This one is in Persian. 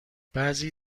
بعضی